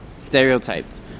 Stereotyped